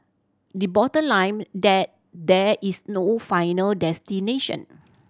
the bottom that there is no final destination